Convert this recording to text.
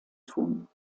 tun